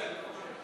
אני מקשיב.